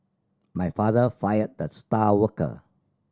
my father fired the star worker